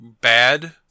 bad